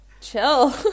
chill